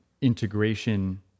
integration